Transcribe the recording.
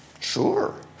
Sure